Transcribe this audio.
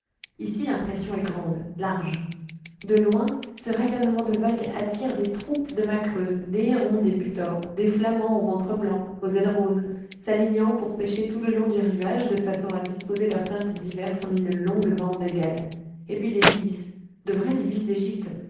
ici l'impression est grande large de loin ce rayonnement de vagues attire des troupes de macreuses des hérons des butors des flamants au ventre blanc aux ailes roses s'alignant pour pêcher tout le long du rivage de façon à disposer leurs teintes diverses en une longue bande égale et puis des ibis de vrais ibis d'égypte